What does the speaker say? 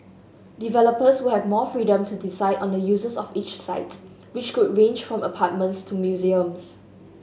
developers will have more freedom to decide on the uses of each site which could range from apartments to museums